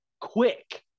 quick